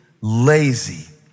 lazy